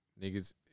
niggas